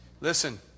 Listen